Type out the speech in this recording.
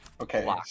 Okay